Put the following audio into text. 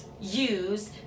use